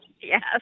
Yes